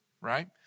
right